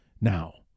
now